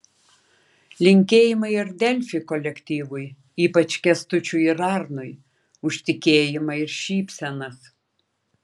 linkėjimai ir delfi kolektyvui ypač kęstučiui ir arnui už tikėjimą ir šypsenas